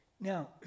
Now